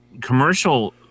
commercial